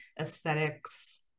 aesthetics